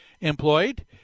employed